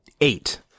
eight